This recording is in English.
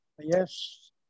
yes